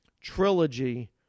trilogy